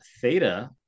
theta